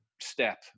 step